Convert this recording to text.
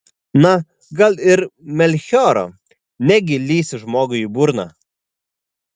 na gal ir melchioro negi lįsi žmogui į burną